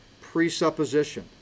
presupposition